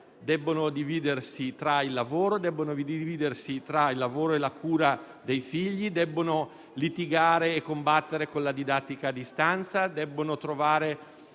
devono dividersi tra il lavoro e la cura dei figli, litigare e combattere con la didattica a distanza, nonché trovare